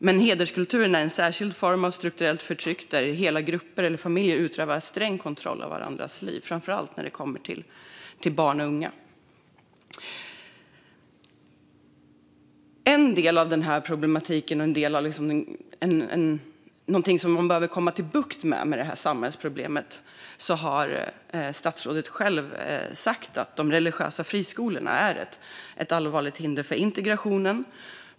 Men hederskulturen är en särskild form av strukturellt förtryck där hela grupper eller familjer utövar sträng kontroll av varandras liv, framför allt när det kommer till barn och unga. En del av problematiken och något vi behöver få bukt med när det gäller det här samhällsproblemet är det som statsrådet själv har nämnt, nämligen de religiösa friskolorna. De är ett allvarligt hinder för integrationen.